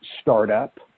startup